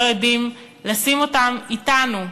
לא יודעים לשים אותם אתנו,